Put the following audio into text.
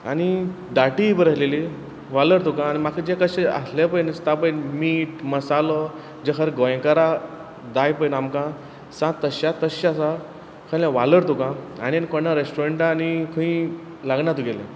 आनी दाटय बरी आसलेली वालोर तुका म्हाका जे कशें आसलें पय नुस्तें मीठ मसालो म्हणजे खरें गोंयकारांक जाय पय न्हू आमकां सा तशा तश्शें आसा खरें वालोर तुका आनी आनी कोणा रेस्टोरंटा आनी खंयी लागना तुगेलें